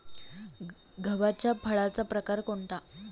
गव्हाच्या फळाचा प्रकार कोणता?